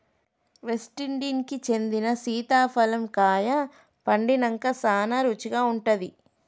West Indies కి చెందిన సీతాఫలం కాయ పండినంక సానా రుచిగా ఉంటాది